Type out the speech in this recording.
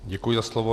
Děkuji za slovo.